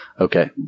Okay